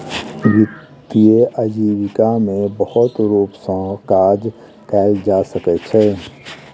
वित्तीय आजीविका में बहुत रूप सॅ काज कयल जा सकै छै